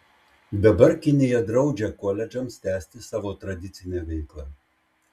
dabar kinija draudžia koledžams tęsti savo tradicinę veiklą